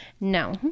no